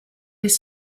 les